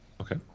Okay